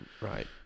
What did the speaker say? Right